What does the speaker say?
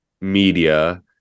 media